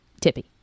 Tippy